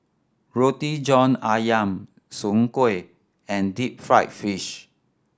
Roti John Ayam Soon Kuih and deep fried fish